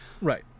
Right